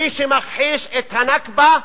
מי שמכחיש את ה"נכבה"